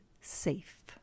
safe